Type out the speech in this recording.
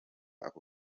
ako